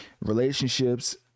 Relationships